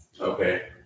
Okay